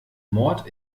mord